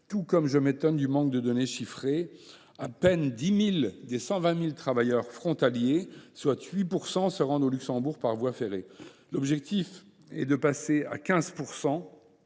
tout comme je m’étonne du manque de données chiffrées. À peine 10 000 des 120 000 travailleurs frontaliers, soit 8 %, se rendent au Luxembourg par voie ferrée. L’objectif est de passer à 15